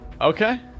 Okay